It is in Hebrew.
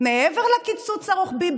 מעבר לקיצוץ הרוחבי,